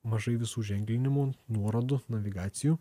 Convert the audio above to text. mažai visų ženklinimų nuorodų navigacijų